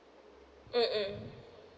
mm mm